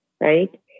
right